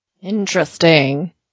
Interesting